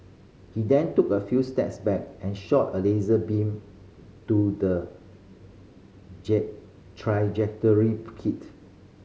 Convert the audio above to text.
he then took a few steps back and shot a laser beam to the trajectory kit